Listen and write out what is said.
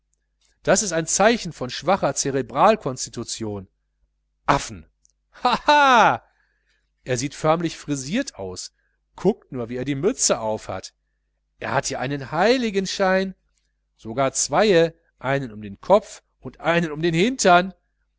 das ist ein zeichen von schwacher cerebral konstitution affen hahahaa er sieht förmlich frisiert aus guckt nur wie er die mütze aufhat er hat ja einen heiligenschein sogar zweie einen um den kopf und einen um den hintern